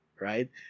Right